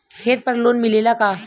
खेत पर लोन मिलेला का?